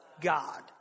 God